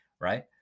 right